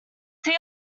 see